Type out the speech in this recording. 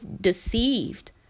deceived